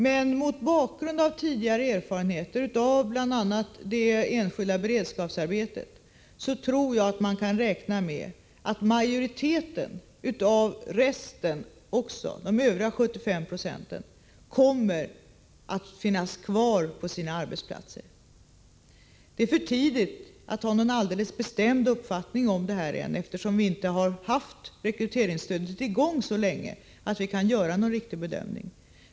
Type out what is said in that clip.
Men mot bakgrund av tidigare erfarenheter av bl.a. de enskilda beredskapsarbetena tror jag att man kan räkna med att majoriteten av de övriga 75 procenten också kommer att finnas kvar på sina arbetsplatser. Det är för tidigt att ha någon alldeles bestämd uppfattning om detta ännu, eftersom vi inte har haft rekryteringsstödet i gång så länge att vi kan göra någon riktig bedömning.